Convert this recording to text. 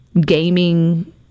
gaming